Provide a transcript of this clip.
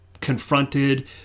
confronted